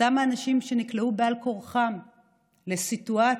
אותם אנשים שנקלעו בעל כורחם לסיטואציות,